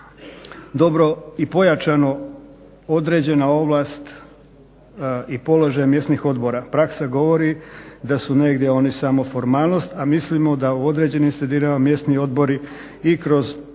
dobro i pojačano određena ovlast i položaj mjesnih odbora. Praksa govori da su negdje oni samo formalnost, a mislimo da u određenim sredinama mjesni odbori i kroz plan